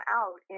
out